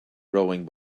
rowing